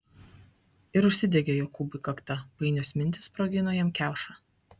ir užsidegė jokūbui kakta painios mintys sprogino jam kiaušą